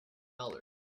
dollars